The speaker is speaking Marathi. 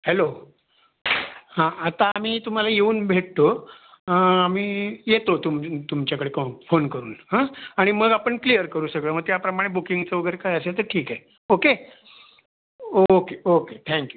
हॅलो हां आता आम्ही तुम्हाला येऊन भेटतो आम्ही येतो तुम् तुमच्याकडे कॉ फोन करून हां आणि मग आपण क्लियर करू सगळं मग त्याप्रमाणे बुकिंगचं वगैरे काय असेल ते ठीक आहे ओके ओके ओके थँक्यू